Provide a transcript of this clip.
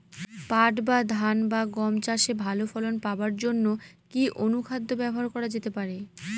পাট বা ধান বা গম চাষে ভালো ফলন পাবার জন কি অনুখাদ্য ব্যবহার করা যেতে পারে?